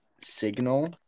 signal